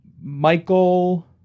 Michael